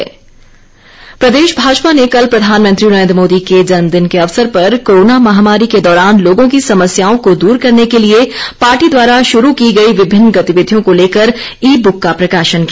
ई book प्रदेश भाजपा ने कल प्रधानमंत्री नरेंद्र मोदी के जन्मदिन के अवसर पर कोरोना महामारी के दौरान लोगों की समस्याओं को दूर करने के लिये पार्टी द्वारा शूरू की गई विभिन्न गतिविधियों को लेकर ई बूक का प्रकाशन किया